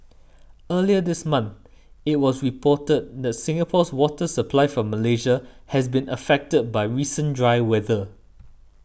earlier this month it was reported that Singapore's water supply from Malaysia has been affected by recent dry weather